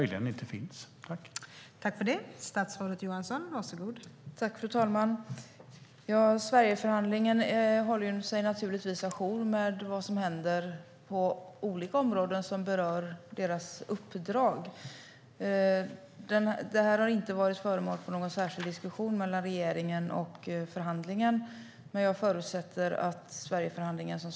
Det är ju det som är det intressanta.